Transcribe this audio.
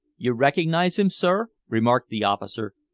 you recognize him, sir? remarked the officer.